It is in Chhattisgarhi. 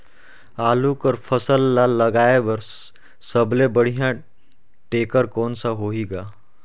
आलू कर फसल ल लगाय बर सबले बढ़िया टेक्टर कोन सा होही ग?